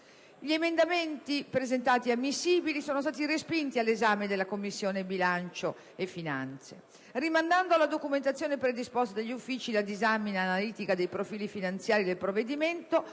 Gli emendamenti presentati ed ammissibili sono stati respinti all'esame delle Commissioni bilancio e finanze. Rimandando alla documentazione predisposta dagli Uffici la disamina analitica dei profili finanziari del provvedimento,